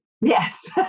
Yes